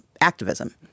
activism